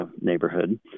neighborhood